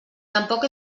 tampoc